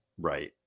Right